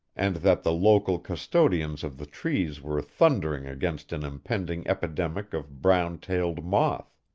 and that the local custodians of the trees were thundering against an impending epidemic of brown-tailed moth.